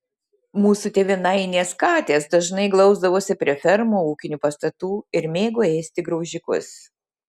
mūsų tėvynainės katės dažnai glausdavosi prie fermų ūkinių pastatų ir mėgo ėsti graužikus